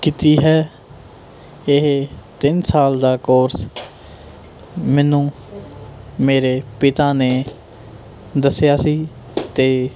ਕੀਤੀ ਹੈ ਇਹ ਤਿੰਨ ਸਾਲ ਦਾ ਕੋਰਸ ਮੈਨੂੰ ਮੇਰੇ ਪਿਤਾ ਨੇ ਦੱਸਿਆ ਸੀ ਅਤੇ